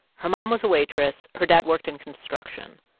her mom was a waitress. her dad worked in construction.